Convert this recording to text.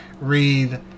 read